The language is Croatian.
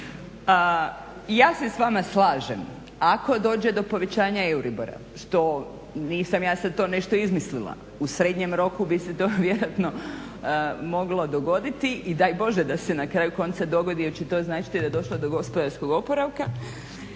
Ja se s vama slažem, ako dođe do povećanja euribor-a što nisam ja sad to nešto izmislila u srednjem roku bi se to vjerojatno moglo dogoditi i daj bože da se na kraju konca dogodi jer će to značiti da je došlo do gospodarskog oporavka.